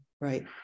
right